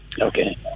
okay